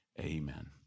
amen